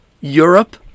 Europe